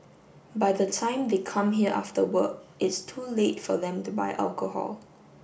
by the time they come here after work it's too late for them to buy alcohol